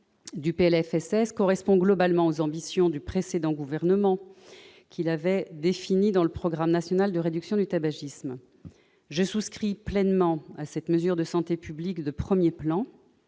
du PLFSS correspond globalement aux ambitions du précédent gouvernement, qu'il avait définies dans le programme national de réduction du tabagisme. Je souscris pleinement à cette mesure de santé publique de premier plan.